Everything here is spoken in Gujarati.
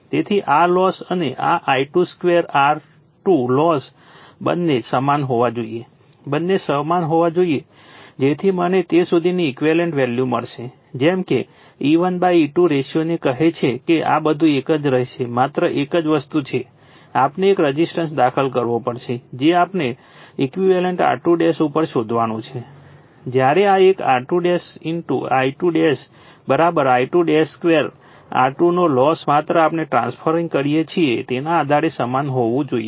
તેથી આ લોસ અને આ I22 R2 લોસ બંને સમાન હોવા જોઈએ બંને સમાન હોવા જોઈએ જેથી મને તે સુધીની ઈક્વિવેલન્ટ વેલ્યુ મળશે જેમ કે E1 E2 રેશિયોને કહે છે કે બધું એક જ રહેશે માત્ર એક જ વસ્તુ છે આપણે એક રઝિસ્ટન્સ દાખલ કરવો પડશે જે આપણે ઈક્વિવેલન્ટ R2 ઉપર શોધવાનો છે જ્યારે આ એક R2 I22 I22 R2 નો લોસ માત્ર આપણે ટ્રાન્સફરરિંગ કરીએ છીએ તેના આધારે સમાન હોવું જોઈએ